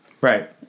Right